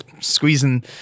squeezing